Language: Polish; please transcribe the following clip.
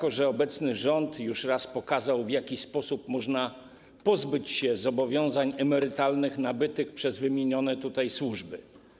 Obecny rząd już raz pokazał, w jaki sposób można pozbyć się zobowiązań emerytalnych nabytych przez wymienione tutaj służby.